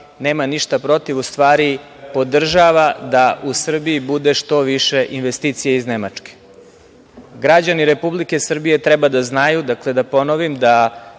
nema ništa protiv, u stvari, podržava da u Srbiji bude što više investicija iz Nemačke. Građani Republike Srbije treba da znaju, dakle, da ponovim, da